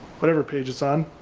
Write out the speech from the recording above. whatever page is on,